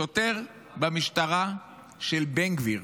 שוטר במשטרה של בן גביר